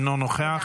אינו נוכח,